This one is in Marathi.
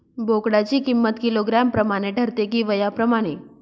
बोकडाची किंमत किलोग्रॅम प्रमाणे ठरते कि वयाप्रमाणे?